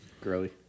Girly